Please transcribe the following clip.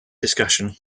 discussion